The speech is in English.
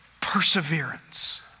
perseverance